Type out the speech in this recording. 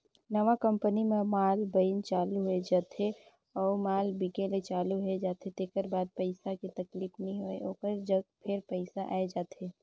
नवा कंपनी म माल बइन चालू हो जाथे अउ माल बिके ले चालू होए जाथे तेकर बाद पइसा के तकलीफ नी होय ओकर जग फेर पइसा आए जाथे